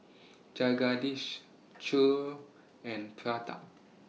Jagadish Choor and Pratap